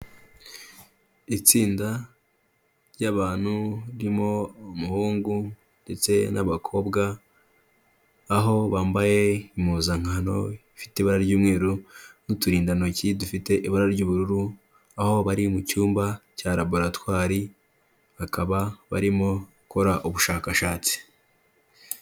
Itsinda ry'abantu ririmo umuhungu ndetse n'abakobwa aho bambaye impuzankano ifite ibara ry'umweru n'uturindantoki dufite ibara ry'ubururu, aho bari mu cyumba cya laboratwari bakaba barimo gukora ubushakashatsi.